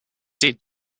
did